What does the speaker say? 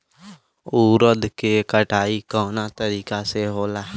उरद के कटाई कवना तरीका से होला?